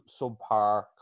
subpar